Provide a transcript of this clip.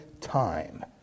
time